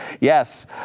Yes